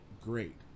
great